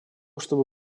чтобы